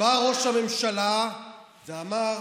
בא ראש הממשלה ואמר: